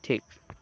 ठीक